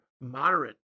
moderate